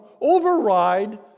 override